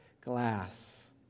glass